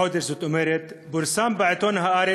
החודש, זאת אומרת, פורסם בעיתון "הארץ"